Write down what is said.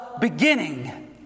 beginning